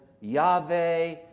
Yahweh